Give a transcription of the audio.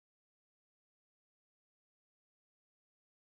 ya like Carol you were on a magazine